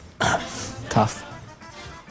tough